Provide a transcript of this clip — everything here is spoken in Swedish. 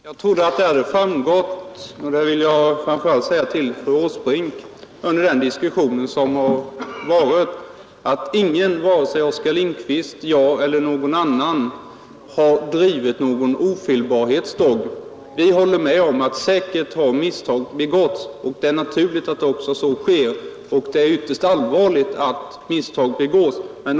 Herr talman! Jag trodde att det hade framgått, och det vill jag säga framför allt till fru Åsbrink, under den diskussion som förevarit att varken jag, Oskar Lindkvist eller någon annan har drivit en ofelbarhetsdogm. Vi håller med om att misstag säkerligen har begåtts, och det är även naturligt, även om det också är ytterst allvarligt att så sker.